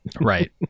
right